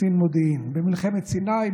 קצין מודיעין: במלחמת סיני,